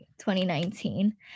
2019